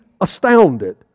astounded